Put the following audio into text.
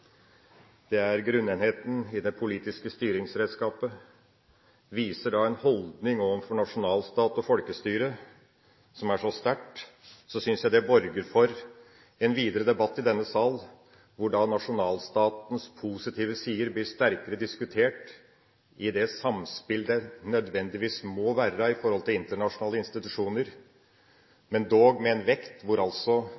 nasjonalstaten er grunnenheten i det politiske styringsredskapet og viser en holdning overfor nasjonalstaten og folkestyret som er så sterk, synes jeg det borger for en videre debatt i denne sal hvor nasjonalstatens positive sider blir sterkere diskutert i det samspillet det nødvendigvis må være med internasjonale